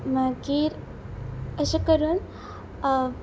मागीर अशें करून